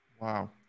Wow